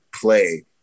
play